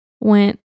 went